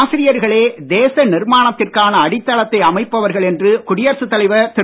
ஆசிரியர்களே தேச நிர்மாணத்திற்கான அடித்தளத்தை அமைப்பவர்கள் என்று குடியரசுத் தலைவர் திரு